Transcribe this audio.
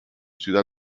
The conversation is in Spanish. ciudad